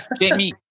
Jamie